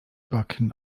backen